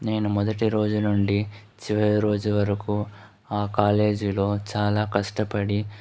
నేను మొదటి రోజు నుండి చివరి రోజు వరకు ఆ కాలేజీలో చాలా కష్టపడి